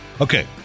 Okay